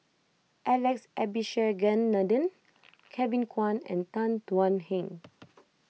Alex Abisheganaden Kevin Kwan and Tan Thuan Heng